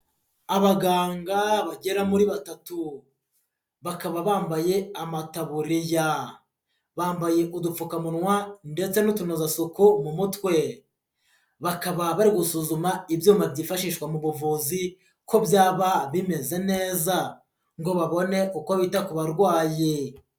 Abaganga bagera muri batatu, bakaba bambaye amataburiya, bambaye udupfukamunwa ndetse n'utunozasuku mu mutwe, bakaba bari gusuzuma ibyuma byifashishwa mu buvuzi ko byaba bimeze neza ngo babone kuko bita ku barwayi.